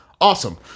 Awesome